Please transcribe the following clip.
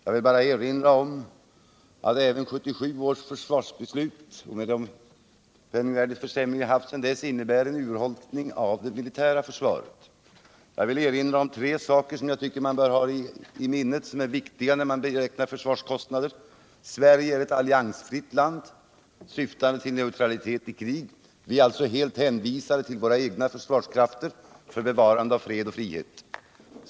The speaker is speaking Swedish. Jag vill bara erinra om att 1977 års försvarsbeslut med den penningvärdeförsämring vi har haft sedan dess innebär en urholkning av . det militära försvaret. Jag vill erinra om ytterligare tre viktiga saker, som man bör ha i minnet när man beräknar försvarskostnader. Sverige är ett alliansfritt land syftande till neutralitet i krig. Vi är alltså helt hänvisade till våra egna försvarskrafter för bevarande av fred och frihet.